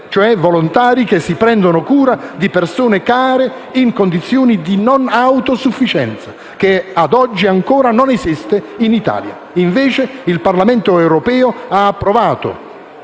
(cioè volontari che si prendono cura di persone care in condizioni di non autosufficienza), che ad oggi ancora non esiste in Italia. Il 13 gennaio 1986 il Parlamento europeo ha invece approvato